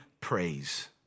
praise